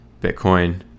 Bitcoin